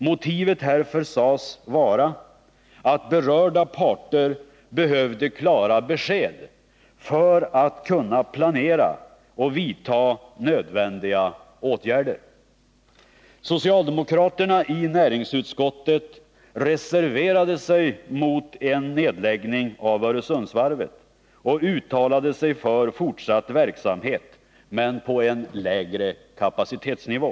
Motivet härför sades vara att berörda parter behövde klara besked för att kunna planera och vidta nödvändiga åtgärder. Socialdemokraterna i näringsutskottet reserverade sig mot en nedläggning av Öresundsvarvet och uttalade sig för fortsatt verksamhet, men på en lägre kapacitetsnivå.